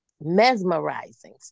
mesmerizing